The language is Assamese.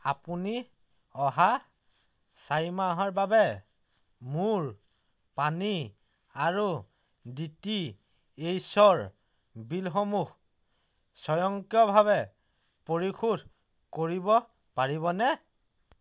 আপুনি অহা চাৰি মাহৰ বাবে মোৰ পানী আৰু ডি টি এইচৰ বিলসমূহ স্বয়ংক্ৰিয়ভাৱে পৰিশোধ কৰিব পাৰিবনে